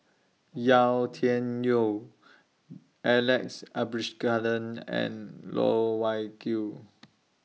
Yau Tian Yau Alex Abisheganaden and Loh Wai Kiew